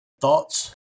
Thoughts